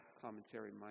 Commentary